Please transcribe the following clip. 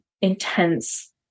intense